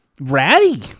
Ratty